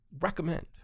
recommend